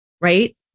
right